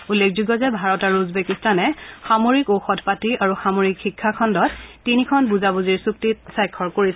উল্লেখযোগ্য যে ভাৰত আৰু উজবেকিস্তানে সামৰিক ঔষধপাতি আৰু সামৰিক শিক্ষাখণ্ডত তিনিখন বুজাবুজিৰ চুক্তিত স্বাক্ষৰ কৰিছে